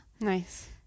Nice